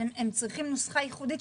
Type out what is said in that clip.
הם צריכים נוסחה ייחודית.